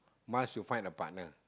must to find a partner